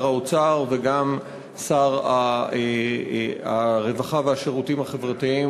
האוצר וגם שר הרווחה והשירותים החברתיים,